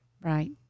right